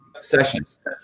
Sessions